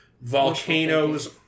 volcanoes